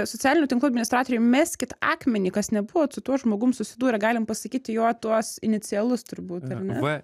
socialinių tinklų administratoriai meskit akmenį kas nebuvot su tuo žmogum susidūrę galim pasakyti jo tuos inicialus turbūt ar ne